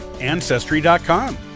ancestry.com